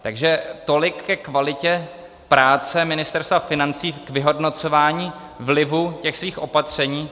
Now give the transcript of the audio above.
Takže tolik ke kvalitě práce Ministerstva financí k vyhodnocování vlivu jeho opatření.